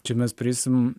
čia mes prieisim